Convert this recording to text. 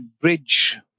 bridge